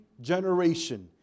generation